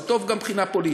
זה טוב גם מבחינה פוליטית,